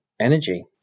energy